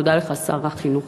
תודה לך, שר החינוך.